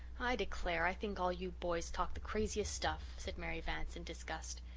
i declare, i think all you boys talk the craziest stuff, said mary vance in disgust.